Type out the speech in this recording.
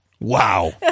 Wow